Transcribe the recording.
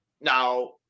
Now